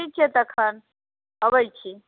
ठीक छै तखन अबैत छी